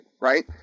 right